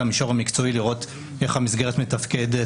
זה המישור המקצועי לראות איך המסגרת מתפקדת,